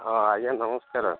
ହଁ ଆଜ୍ଞା ନମସ୍କାର